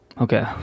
Okay